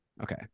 Okay